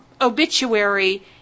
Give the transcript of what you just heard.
obituary